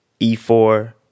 e4